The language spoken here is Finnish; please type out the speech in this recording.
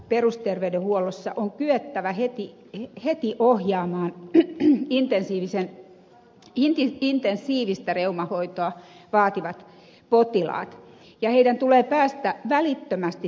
perusterveydenhuollossa on kyettävä heti ohjaamaan hoitoon intensiivistä reumahoitoa vaativat potilaat ja heidän tulee päästä välittömästi toimenpiteisiin